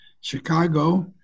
Chicago